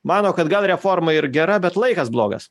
mano kad gal reforma ir gera bet laikas blogas